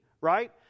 right